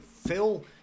Phil